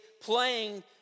playing